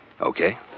Okay